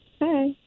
Hi